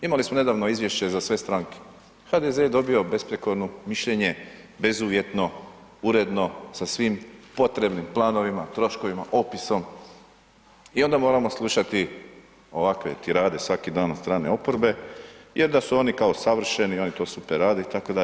Imali smo nedavno Izvješće za sve stranke, HDZ je dobio besprijekorno mišljenje, bezuvjetno, uredno sa svim potrebnim planovima, troškovima, opisom, i onda moramo slušati ovakve tirade svaki dan od strane oporbe, jer da su oni kao savršeni, oni to super rade i tako dalje.